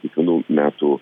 kiekvienų metų